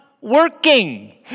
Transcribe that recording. working